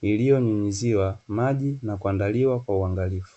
iliyonyunyiziwa maji na kuandaliwa kwa uangalifu.